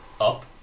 up